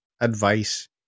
advice